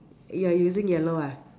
you're using yellow ah